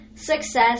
success